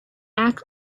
act